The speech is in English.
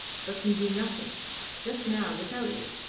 but can do nothing just now without you,